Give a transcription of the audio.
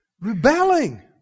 rebelling